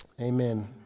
Amen